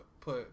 put